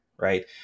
right